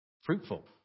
Fruitful